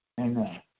Amen